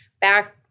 back